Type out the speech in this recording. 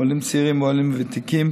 עולים צעירים ועולים ותיקים,